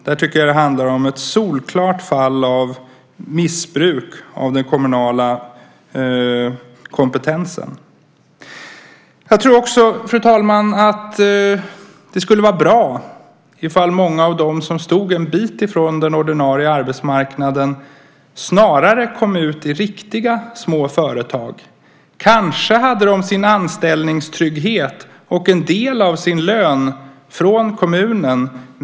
Där handlar det om ett solklart fall av missbruk av den kommunala kompetensen. Fru talman! Det skulle vara bra ifall många av dem som stod en bit från den ordinarie arbetsmarknaden snarare kom ut i riktiga små företag. Kanske hade de sin anställningstrygghet och en del av sin lön från kommunen.